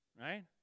right